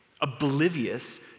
oblivious